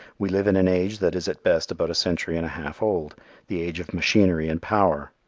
we live in an age that is at best about a century and a half old the age of machinery and power.